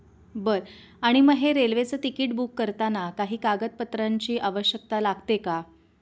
बरं आणि मग हे रेल्वेचं तिकीट बुक करताना काही कागदपत्रांची आवश्यकता लागते का